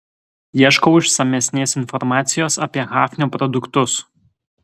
ieškau išsamesnės informacijos apie hafnio produktus